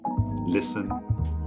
listen